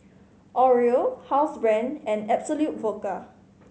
Oreo Housebrand and Absolut Vodka